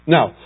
Now